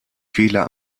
fehler